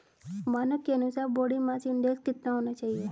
मानक के अनुसार बॉडी मास इंडेक्स कितना होना चाहिए?